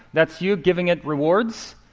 that's you giving it rewards.